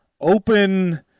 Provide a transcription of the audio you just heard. open